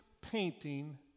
painting